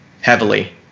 heavily